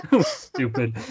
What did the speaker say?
Stupid